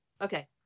Okay